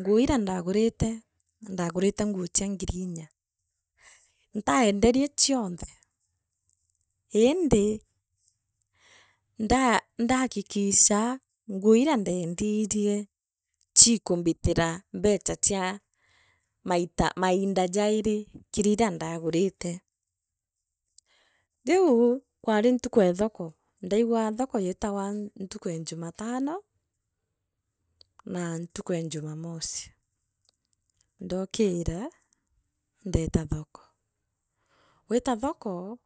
Nguu iria ndagurite na ndagurite nguu chia ngiri inya, ntaenderie chionthe indi nda ndakikisa nguu iria ndeendine chikumbitira mbeecha chia maita mainda jaairi kiri iria ndagurite. Riu kwari ntuku ee thoko ndaigua thoko yeetogwantuku ee njuma tano, na ntuku ee njumamosi. Ndookira ndeeta thoko. gwita thoko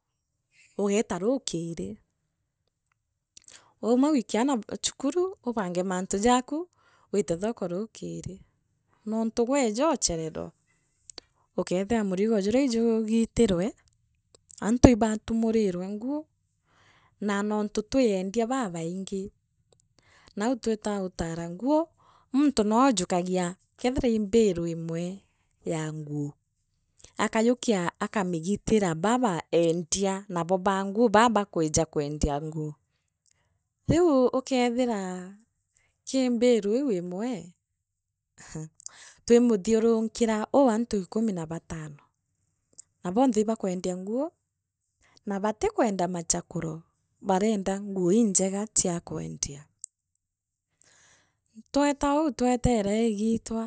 ugeeta ruukiri, wauma gwikia aana bu chukuru ubange mantu jaku wite thoko rukiri nontu weeja ochererwa ukeethira murigo juria ijugiitirwe antu ili batumurirwe nguu na nontu twi endia babaingi nau twitaa utaara nguu muntu nwee ujakagia kethira ii mbiru imwe ya nguu. Akayukia akamigitira baba eendia nabo ba banguu baa bakwija kwendia nguu, riu ukeethira ki mbiru iu imwe twimuthiurunkira uu antu ikumi na batani na bonthe ibakwendia nguu na batikwenda machakuro barienda nguu injeega chia kwendia tweta au twitera igiitwa.